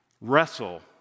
wrestle